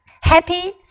Happy